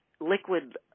liquid